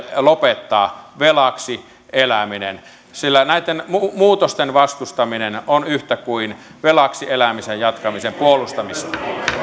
lopettaa velaksi eläminen sillä näiden muutosten vastustaminen on yhtä kuin velaksi elämisen jatkamisen puolustamista